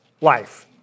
life